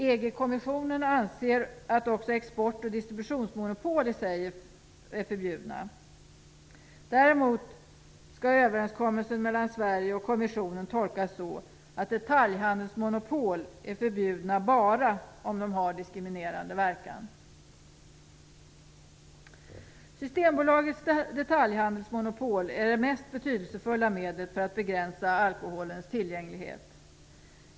EG-kommissionen anser att också export och distributionsmonopol i sig är förbjudna. Däremot skall överenskommelsen mellan Sverige och kommissionen tolkas så, att detaljhandelsmonopol är förbjudna bara om de har diskriminerande verkan. Systembolagets detaljhandelsmonopol är det mest betydelsefulla medlet för att begränsa alkoholens tillgänglighet.